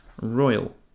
royal